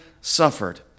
suffered